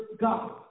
God